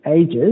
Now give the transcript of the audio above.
ages